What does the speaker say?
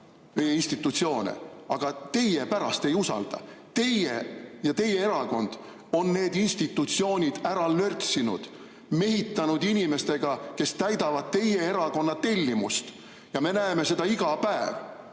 Aga teie pärast ei usalda. Teie ja teie erakond on need institutsioonid ära lörtsinud, mehitanud inimestega, kes täidavad teie erakonna tellimust. Me näeme seda iga päev.